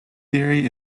theory